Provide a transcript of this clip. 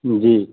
جی